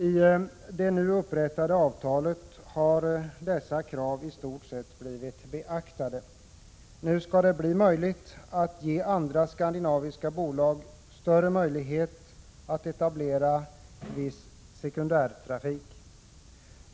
I det nu upprättade avtalet har dessa krav i stort sett blivit beaktade. Nu skall man kunna ge andra skandinaviska bolag större möjlighet att etablera viss sekundärtrafik.